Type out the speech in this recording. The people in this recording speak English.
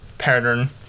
Pattern